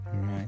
Right